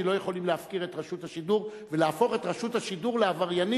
כי לא יכולים להפקיר את רשות השידור ולהפוך את רשות השידור לעבריינית,